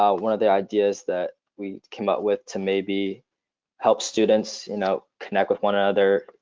um one of the ideas that we came up with to maybe help students, you know, connect with one another,